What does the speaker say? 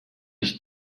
ich